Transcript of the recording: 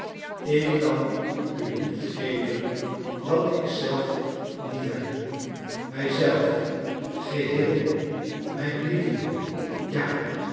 ik kan u niet geven wat ik zelf niet heb mij zelf geheel mijn liefde ja